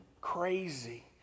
crazy